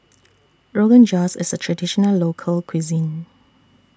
Rogan Josh IS A Traditional Local Cuisine